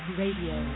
radio